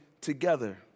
together